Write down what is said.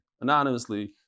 anonymously